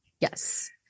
Yes